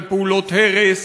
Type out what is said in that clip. על פעולות הרס.